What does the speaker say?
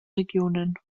regionen